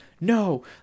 no